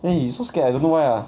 then he so scared I don't know why lah